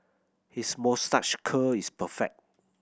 his moustache curl is perfect